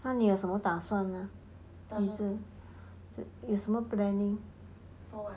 那你有什么打算呢有什么 planning